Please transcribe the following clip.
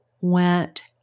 went